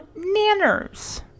nanners